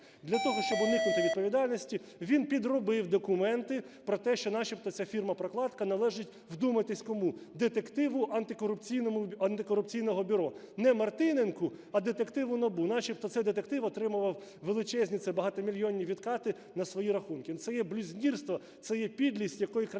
Для того, щоб уникнути відповідальності, він підробив документи про те, що начебто ця фірма-прокладка належить – вдумайтесь, кому – детективу антикорупційного бюро, не Мартиненку, а детективу НАБУ. Начебто цей детектив отримував величезні, це багатомільйонні відкати на свої рахунки. Це є блюзнірство, це є підлість, якої країна